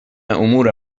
امور